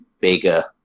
bigger